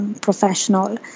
professional